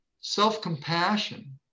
Self-compassion